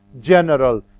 general